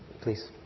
please